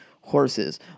horses